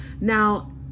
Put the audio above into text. Now